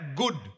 good